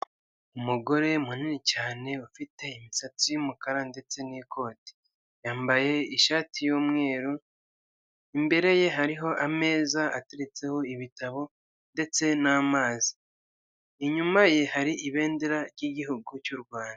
Umugore munini cyane ufite imisatsi y'umukara ndetse n'ikoti, yambaye ishati y'umweru imbere ye hariho ameza ateretseho ibitabo ndetse n'amazi, inyuma ye hari ibendera ry'igihugu cy'u Rwanda.